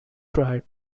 tried